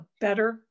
better